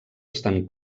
estan